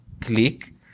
click